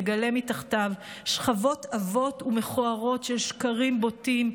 נגלה מתחתיו שכבות עבות ומכוערות של שקרים בוטים,